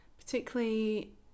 Particularly